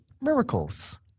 miracles